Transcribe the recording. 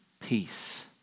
peace